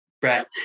Brett